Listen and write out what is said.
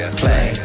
play